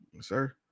Sir